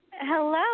Hello